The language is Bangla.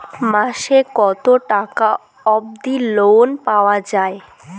মাসে কত টাকা অবধি লোন পাওয়া য়ায়?